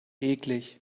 eklig